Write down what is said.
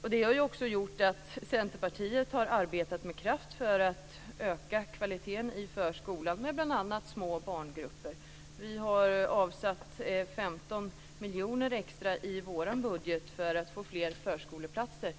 Det har också gjort att Centerpartiet har arbetat med kraft för att öka kvaliteten i förskolan med bl.a. små barngrupper. Vi har avsatt 15 miljoner extra i vår budget för att få fler förskoleplatser.